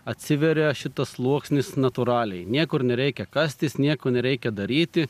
atsiveria šitas sluoksnis natūraliai niekur nereikia kastis nieko nereikia daryti